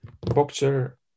boxer